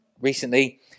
recently